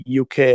UK